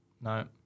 No